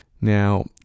Now